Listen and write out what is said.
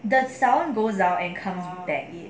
the sound goes down and come back in